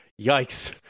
Yikes